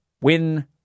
win